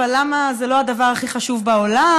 זה לא הדבר הכי חשוב בעולם,